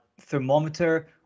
thermometer